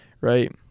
right